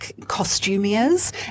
costumiers